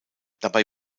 dabei